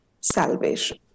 salvation